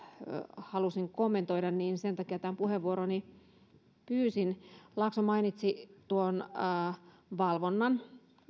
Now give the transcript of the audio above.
halusin kommentoida ja sen takia tämän puheenvuoroni pyysin laakso mainitsi valvonnan